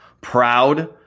proud